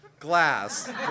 Glass